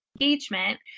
engagement